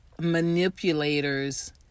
manipulators